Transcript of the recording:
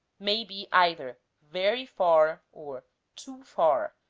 may be either very far or too far,